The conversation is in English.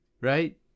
Right